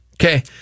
Okay